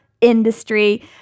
industry